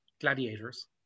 Gladiators